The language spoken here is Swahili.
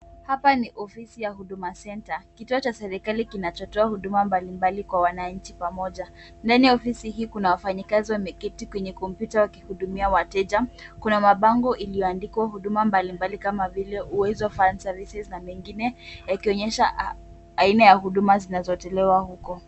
Hapa ni ofisi ya huduma centre kituo cha serikali kinachotoa huduma mbali mbali kwa wananchi pamoja. Ndani ya ofisi kuna wafanyakazi wameket kwenye kompyuta wakihudumia wateja. Kuna mabango iliyoandikwa huduma mbalimbali kama uwezo fund services na mengine yakionyesha aina ya huduma zinazotolewa huko.